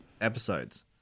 episodes